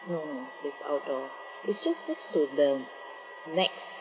no it's outdoor it's just next to the NEX